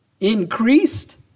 increased